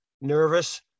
nervous